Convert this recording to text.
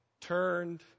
turned